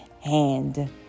hand